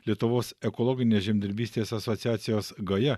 lietuvos ekologinės žemdirbystės asociacijos gaja